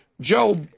Job